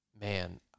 man